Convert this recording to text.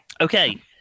Okay